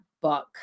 book